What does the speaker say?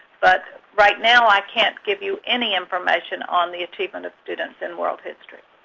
but right now, i can't give you any information on the achievement of students in world history.